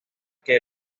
que